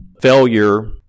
Failure